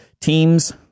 teams